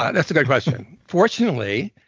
that's a good question. fortunately,